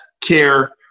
care